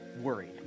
worried